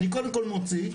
אני קודם כל מוציא,